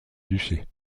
duché